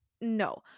No